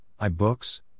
iBooks